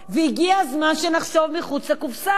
והגיע הזמן שנחשוב מחוץ לקופסה.